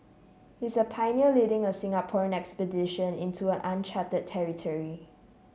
he's a pioneer leading a Singaporean expedition into uncharted territory